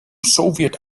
soviet